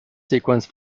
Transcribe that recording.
sequence